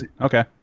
Okay